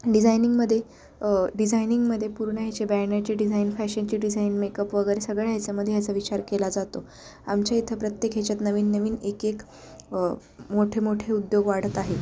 डिझायनिंगमध्ये डिझायनिंगमध्ये पूर्ण याचे बॅनरची डिझाईन फॅशनची डिझाईन मेकअप वगैरे सगळ्या ह्याच्यामध्ये ह्याचा विचार केला जातो आमच्या इथं प्रत्येक ह्याच्यात नवीन नवीन एक एक मोठेमोठे उद्योग वाढत आहे